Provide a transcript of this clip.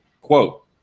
quote